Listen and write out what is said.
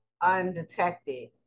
undetected